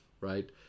right